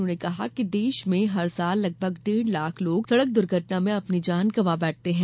उन्होंने कहा कि देश में हर साल लगभग डेढ़ लाख लोग सड़क दुर्घटना में अपनी जान गवां बैठते हैं